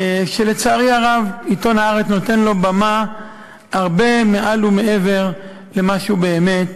שלצערי הרב עיתון "הארץ" נותן לו במה הרבה מעל ומעבר למה שהוא באמת,